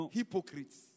hypocrites